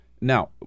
now